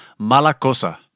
Malacosa